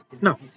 no